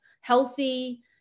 healthy